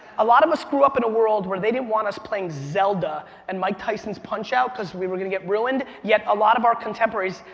a lot of us grew up in a world where they didn't want us playing zelda and mike tyson's punch-out! because we were gonna get ruined, yet a lot of our contemporaries,